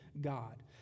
God